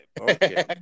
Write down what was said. Okay